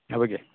ये पय घे